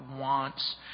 wants